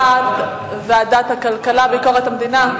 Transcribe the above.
ועדת הכלכלה או הוועדה לביקורת המדינה?